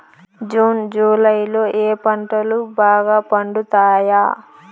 June July లో ఏ పంటలు బాగా పండుతాయా?